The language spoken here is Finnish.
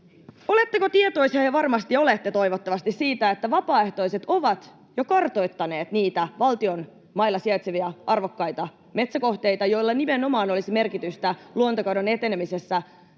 Oletteko tietoisia, ja varmasti olette, toivottavasti, siitä, että vapaaehtoiset ovat jo kartoittaneet niitä valtion mailla sijaitsevia arvokkaita metsäkohteita, [Perussuomalaisten ryhmästä: Elokapinako?] joilla nimenomaan olisi merkitystä luontokadon etenemisessä